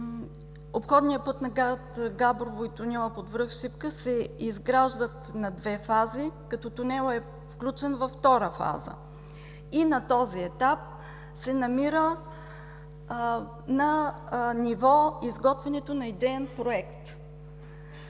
обходният път на град Габрово и тунелът под връх Шипка се изграждат на две фази, като тунелът е включен във втора фаза и на този етап се намира на ниво „изготвяне на идеен проект“.